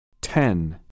Ten